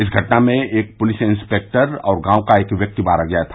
इस घटना में एक प्लिस इंसर्पेक्टर और गांव का एक व्यक्ति मारा गया था